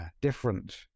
different